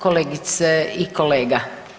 Kolegice i kolega.